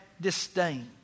disdained